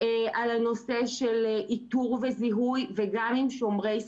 על הנושא של איתור וזיהוי וגם עם שומרי סף,